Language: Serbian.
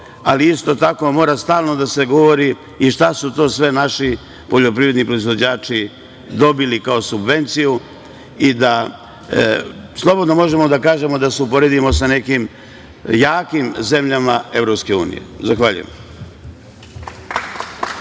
ali isto tako mora stalno da se govori i šta su to sve naši poljoprivredni proizvođači dobili kao subvenciju i da slobodno možemo da kažemo da se poredimo sa nekim jakim zemljama Evropske unije. Zahvaljujem.